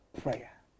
prayer